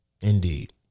Indeed